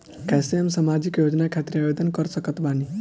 कैसे हम सामाजिक योजना खातिर आवेदन कर सकत बानी?